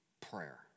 prayer